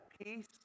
peace